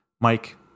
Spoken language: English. Mike